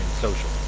social